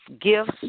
gifts